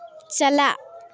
ᱪᱟᱞᱟᱜ